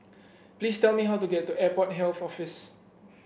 please tell me how to get to Airport Health Office